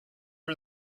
her